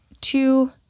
two